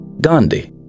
Gandhi